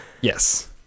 Yes